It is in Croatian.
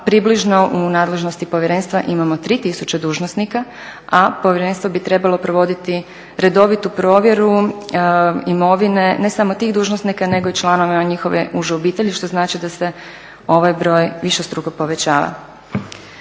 približno u nadležnosti povjerenstva imamo 3000 dužnosnika, a povjerenstvo bi trebalo provoditi redovitu provjeru imovine ne samo tih dužnosnika nego i članova njihove uže obitelji, što znači da se ovaj broj višestruko povećava.